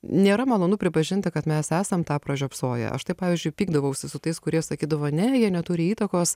nėra malonu pripažinti kad mes esam tą pražiopsoję aš tai pavyzdžiui pykdavausi su tais kurie sakydavo ne jie neturi įtakos